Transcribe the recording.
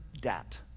debt